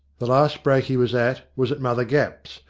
the last break he was at was at mother gapp's,